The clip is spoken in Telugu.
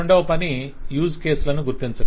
రెండవ పని యూజ్ కేసులను ను గుర్తించడం